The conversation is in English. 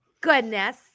Goodness